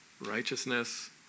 righteousness